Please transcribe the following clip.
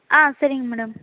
ஆ சரிங்க மேடம்